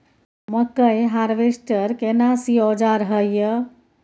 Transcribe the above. मकई हारवेस्टर केना सी औजार हय?